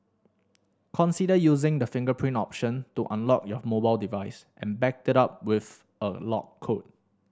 consider using the fingerprint option to unlock your mobile device and back it up with a lock code